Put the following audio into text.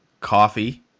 coffee